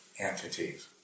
entities